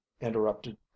interrupted